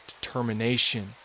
determination